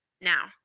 Now